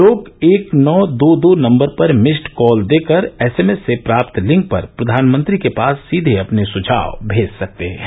लोग एक नौ दो दो नम्बर पर मिस्ड कॉल देकर एसएमएस से प्राप्त लिंक पर प्रधानमंत्री के पास सीधे अपने सुझाव भेज सकते हैं